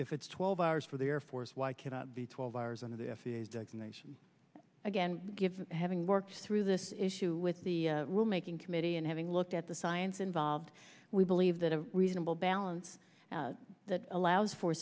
if it's twelve hours for the air force why cannot be twelve hours in the nation again give having worked through this issue with the rule making committee and having looked at the science involved we believe that a reasonable balance that allows for